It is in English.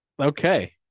Okay